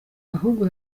ahubwo